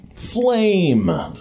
flame